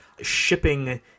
shipping